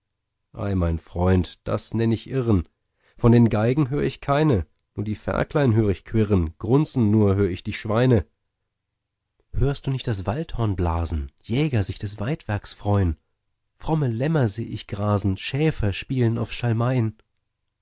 ei mein freund das nenn ich irren von den geigen hör ich keine nur die ferklein hör ich quirren grunzen nur hör ich die schweine hörst du nicht das waldhorn blasen jäger sich des weidwerks freuen fromme lämmer seh ich grasen schäfer spielen auf schalmeien